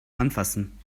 anfassen